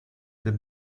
the